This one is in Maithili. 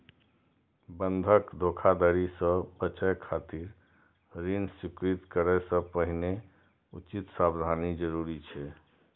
बंधक धोखाधड़ी सं बचय खातिर ऋण स्वीकृत करै सं पहिने उचित सावधानी जरूरी छै